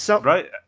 Right